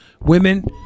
Women